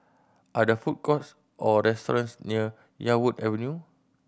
are there food courts or restaurants near Yarwood Avenue